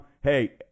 Hey